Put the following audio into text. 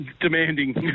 demanding